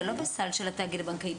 זה לא בסל של התאגיד הבנקאי.